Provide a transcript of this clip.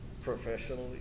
professionally